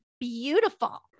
beautiful